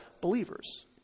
believers